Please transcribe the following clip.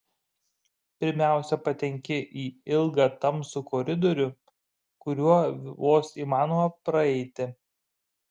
pirmiausia patenki į ilgą tamsų koridorių kuriuo vos įmanoma praeiti